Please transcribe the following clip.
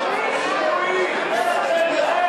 צבועים.